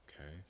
okay